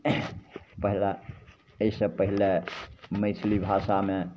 पहला एहिसे पहिले मैथिली भाषामे